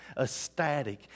ecstatic